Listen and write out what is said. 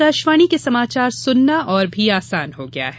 अब आकाशवाणी के समाचार सुनना और भी आसान हो गया है